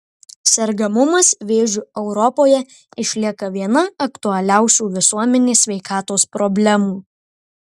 sergamumas vėžiu europoje išlieka viena aktualiausių visuomenės sveikatos problemų